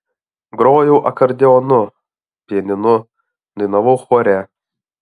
grojau akordeonu pianinu dainavau chore